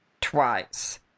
twice